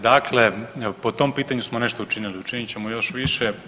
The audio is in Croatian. Dakle, po tom pitanju smo nešto učinili, učinit ćemo još više.